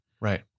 Right